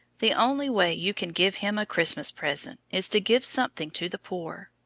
the only way you can give him a christmas present is to give something to the poor.